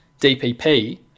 DPP